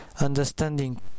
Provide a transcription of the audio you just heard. Understanding